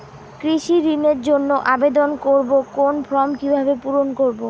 কৃষি ঋণের জন্য আবেদন করব কোন ফর্ম কিভাবে পূরণ করব?